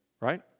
Right